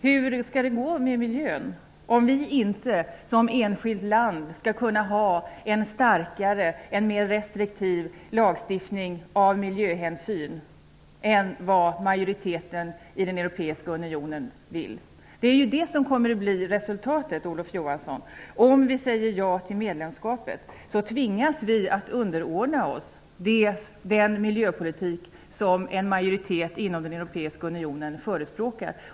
Hur skall det gå med miljön, om inte Sverige som enskilt land skall kunna ha en starkare, mer restriktiv lagstiftning av miljöhänsyn än vad majoriteten i den europeiska unionen vill? Det är ju det som kommer att bli resultatet, Olof Om vi i Sverige säger ja till medlemskapet, tvingas vi att underordna oss den miljöpolitik som en majoritet inom den europeiska unionen förespråkar.